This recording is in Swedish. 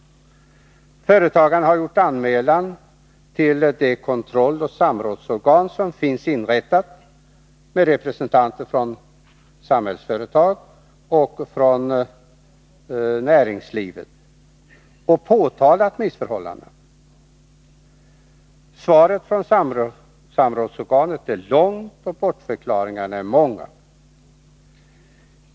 Företagaren har gjort anmälan till det kontrolloch samrådsorgan som finns inrättat med representanter från Samhällsföretag och från näringslivet och påtalat missförhållandena. Svaret från samrådsorganet är långt, och bortförklaringarna är många.